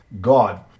God